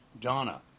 Donna